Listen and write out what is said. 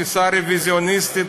תפיסה רוויזיוניסטית,